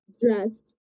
dressed